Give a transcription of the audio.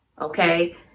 Okay